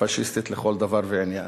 פאשיסטית לכל דבר ועניין,